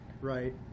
right